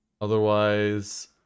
Otherwise